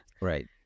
Right